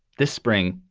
this spring,